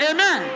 Amen